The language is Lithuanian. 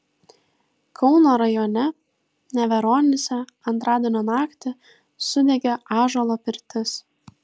kauno rajone neveronyse antradienio naktį sudegė ąžuolo pirtis